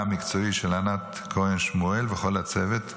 המקצועי של ענת כהן שמואל וכל הצוות המסור,